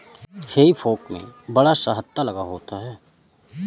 हेई फोक में बड़ा सा हत्था लगा होता है